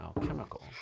alchemical